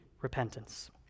repentance